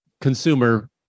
consumer